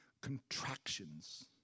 contractions